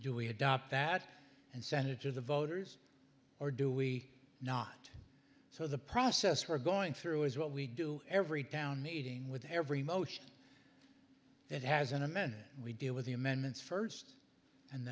do we adopt that and send it to the voters or do we not so the process we're going through is what we do every town meeting with every motion it has and then we deal with the amendments first and